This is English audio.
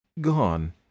gone